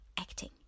acting